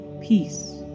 peace